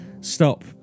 stop